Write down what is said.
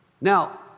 Now